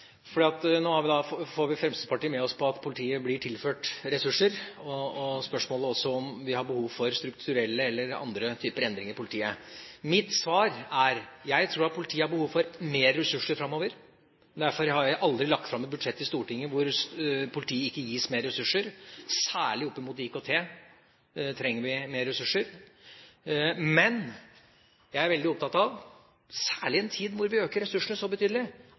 nå får vi Fremskrittspartiet med oss på at politiet blir tilført ressurser, og også i spørsmålet om vi har behov for strukturelle eller andre typer endringer i politiet. Mitt svar er at jeg tror politiet har behov for mer ressurser framover. Derfor har jeg aldri lagt fram et budsjett i Stortinget hvor politiet ikke gis mer ressurser. Særlig opp mot IKT trenger vi mer ressurser. Men jeg er veldig opptatt av, særlig i en tid hvor vi øker ressursene så betydelig,